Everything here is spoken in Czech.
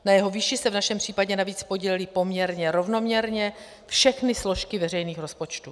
Na jeho výši se v našem případě navíc podílely poměrně rovnoměrně všechny složky veřejných rozpočtů.